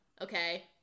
okay